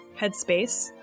headspace